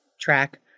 track